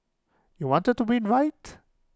you wanted to win right